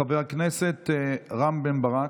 חבר הכנסת רם בן ברק,